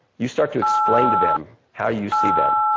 you start to explain to them how you see them,